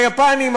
היפנים,